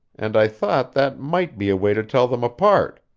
and i thought that might be a way to tell them apart.